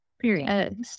Period